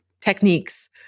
techniques